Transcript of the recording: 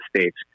States